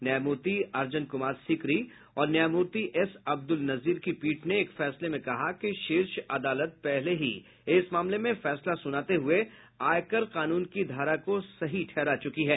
न्यायमूर्ति अर्जन कुमार सिकरी और न्यायमूर्ति एस अब्दुल नजीर की पीठ ने एक फैसले में कहा कि शीर्ष अदालत पहले ही इस मामले में फैसला सुनाते हुए आयकर कानून की धारा को सही ठहरा चुकी है